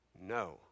No